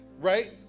right